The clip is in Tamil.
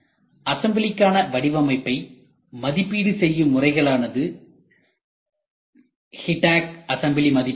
அசம்பிளிக்கான வடிவமைப்பை மதிப்பீடு செய்யும் முறைகள் ஆனது கிட்டக்அசம்பிளி மதிப்பீடு முறை